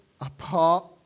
apart